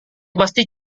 pasti